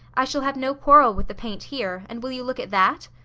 i shall have no quarrel with the paint here, and will you look at that?